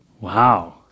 Wow